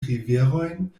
riverojn